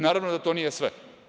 Naravno da to nije sve.